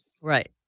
Right